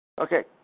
Okay